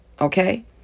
okay